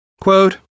Quote